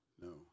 no